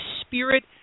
spirit